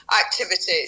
activities